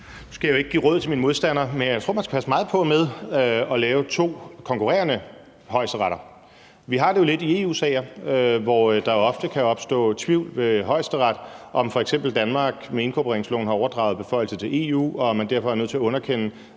Nu skal jeg jo ikke give råd til mine modstandere, men jeg tror, at man skal passe meget på med at lave to konkurrerende højesteretter. Vi har det jo lidt i EU-sager, hvor der ofte kan opstå tvivl ved Højesteret, med hensyn til om Danmark f.eks. med inkorporeringsloven har overdraget beføjelser til EU og man derfor er nødt til at underkende